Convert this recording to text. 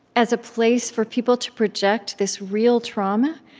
as a place for people to project this real trauma,